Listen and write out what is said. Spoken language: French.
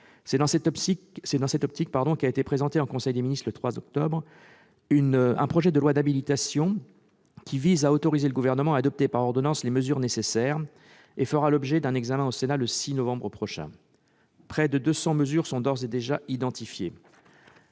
C'est dans cette optique qu'a été présenté en conseil des ministres, le 3 octobre dernier, un projet de loi d'habilitation visant à autoriser le Gouvernement à adopter par ordonnances les mesures nécessaires, lequel sera examiné au Sénat le 6 novembre prochain. Près de 200 mesures sont d'ores et déjà identifiées.